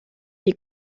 die